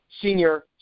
senior